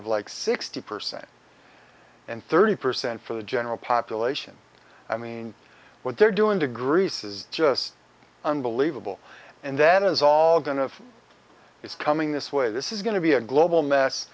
of like sixty percent and thirty percent for the general population i mean what they're doing to greece is just unbelievable and then is all going to it's coming this way this is going to be a global mess